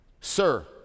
Sir